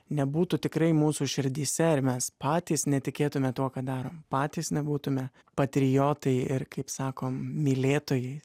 nebūtų tikrai mūsų širdyse ir mes patys netikėtume tuo ką darom patys nebūtumėme patriotai ir kaip sako mylėtojai